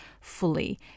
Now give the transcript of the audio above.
fully